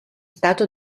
stato